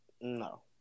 No